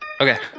Okay